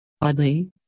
Oddly